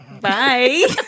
Bye